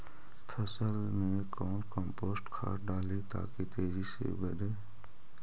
फसल मे कौन कम्पोस्ट खाद डाली ताकि तेजी से बदे?